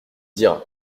dira